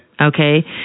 Okay